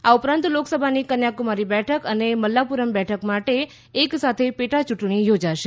આ ઉપરાંત લોકસભાની કન્યાકુમારી બેઠક અને મલ્લાપુરમ બેઠક માટે એક સાથે પેટાયુંટણી યોજાશે